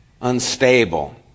unstable